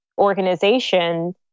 organization